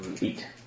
Eat